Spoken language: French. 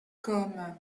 comme